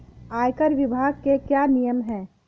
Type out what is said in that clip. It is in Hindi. आयकर विभाग के क्या नियम हैं?